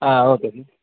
okay